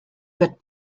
wird